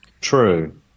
True